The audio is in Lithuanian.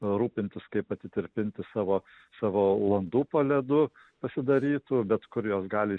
rūpintis kaip atitirpinti savo savo landų po ledu pasidarytų bet kur jos gali